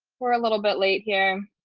we're a little bit late here